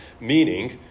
meaning